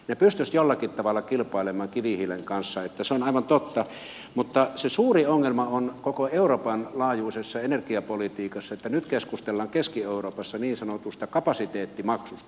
ne pystyisivät jollakin tavalla kilpailemaan kivihiilen kanssa eli se on aivan totta mutta se suuri ongelma on koko euroopan laajuisessa energiapolitiikassa että nyt keskustellaan keski euroopassa niin sanotusta kapasiteettimaksusta